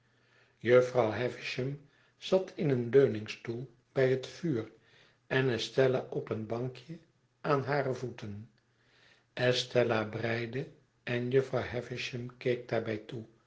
havisham zat in een leuningstoel bij het vuur en estella op een bankje aan hare voeten estella breide en jufvrouw havisham keek daarbij